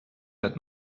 that